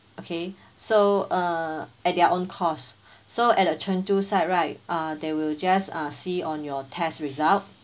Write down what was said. okay so uh at their own cost so at the chengdu side right uh they will just uh see on your test result